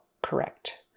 Correct